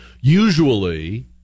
usually